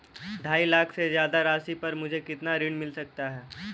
ढाई लाख से ज्यादा राशि पर मुझे कितना ऋण मिल सकता है?